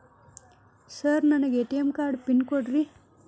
Sir ನನಗೆ ATM card PIN ಕೊಡ್ರಿ?